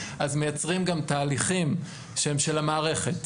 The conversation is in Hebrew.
אז מייצרים גם תהליכים שהם של המערכת,